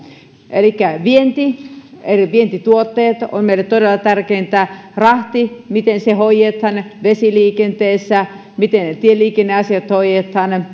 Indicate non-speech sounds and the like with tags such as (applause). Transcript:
vienti ja vientituotteet ovat meille todella tärkeitä miten rahti hoidetaan vesiliikenteessä miten tieliikenneasiat hoidetaan (unintelligible)